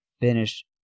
finish